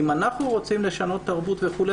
אם אנחנו רוצים לשנות תרבות וכו',